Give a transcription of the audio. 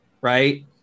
right